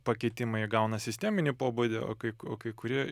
pakitimai įgauna sisteminį pobūdį o kai ku o kai kurie